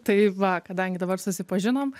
tai va kadangi dabar susipažinom